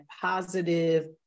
positive